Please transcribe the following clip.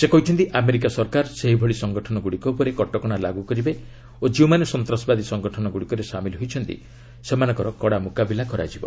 ସେ କହିଛନ୍ତି ଆମେରିକା ସରକାର ଏହିଭଳି ସଙ୍ଗଠନଗୁଡ଼ିକ ଉପରେ କଟକଣା ଲାଗୁ କରିବେ ଓ ଯେଉଁମାନେ ସନ୍ତାସବାଦୀ ସଙ୍ଗଠନଗୁଡ଼ିକରେ ସାମିଲ୍ ହୋଇଛନ୍ତି ସେମାନଙ୍କର କଡ଼ା ମୁକାବିଲା କରିବ